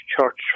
church